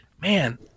man